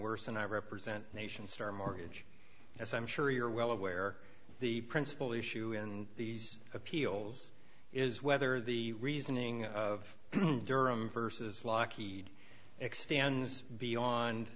worse and i represent nation star mortgage as i'm sure you're well aware the principal issue in these appeals is whether the reasoning of durham versus lockheed extends beyond